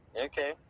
Okay